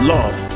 Love